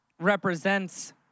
represents